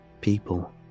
People